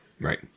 Right